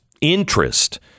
interest